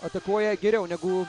atakuoja geriau negu